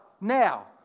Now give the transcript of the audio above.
now